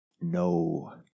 no